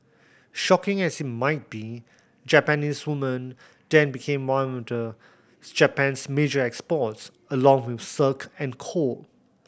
shocking as it might be Japanese women then became one of Japan's major exports along with silk and coal